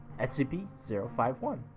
SCP-051